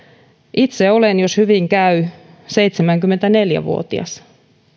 itse olen jos hyvin käy seitsemänkymmentäneljä vuotias